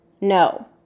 No